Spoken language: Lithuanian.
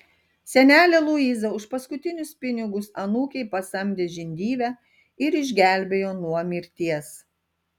senelė luiza už paskutinius pinigus anūkei pasamdė žindyvę ir išgelbėjo nuo mirties